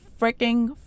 freaking